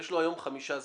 יש לו היום חמישה סגנים,